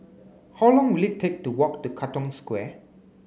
how long will it take to walk to Katong Square